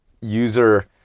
user